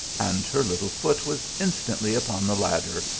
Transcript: and her little foot was instantly upon the lad der,